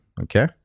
okay